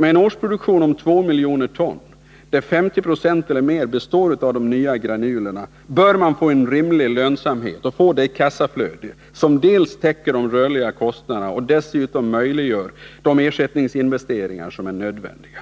Med en årsproduktion om 2 miljoner ton, där 50 20 eller mer består av de nya granulerna, bör man få en rimlig lönsamhet och få ett kassaflöde som dels täcker de rörliga kostnaderna, dels möjliggör de ersättningsinvesteringar som är nödvändiga.